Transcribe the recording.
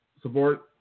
support